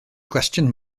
cwestiwn